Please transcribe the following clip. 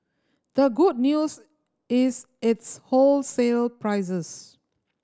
the good news is its wholesale prices